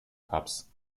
cups